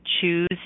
Choose